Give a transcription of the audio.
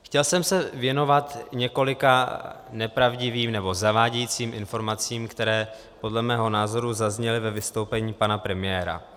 Chtěl jsem se věnovat několika nepravdivým nebo zavádějícím informacím, které podle mého názoru zazněly ve vystoupení pana premiéra.